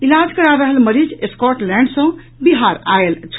इलाज करा रहल मरीज स्कॉटलैंड सँ बिहार आयल छल